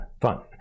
fun